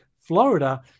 Florida